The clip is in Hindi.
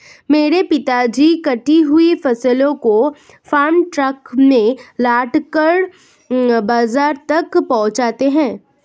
मेरे पिताजी कटी हुई फसलों को फार्म ट्रक में लादकर बाजार तक पहुंचाते हैं